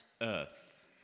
Earth